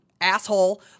asshole